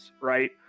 right